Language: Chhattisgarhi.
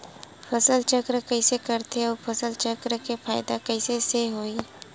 फसल चक्र कइसे करथे उ फसल चक्र के फ़ायदा कइसे से होही?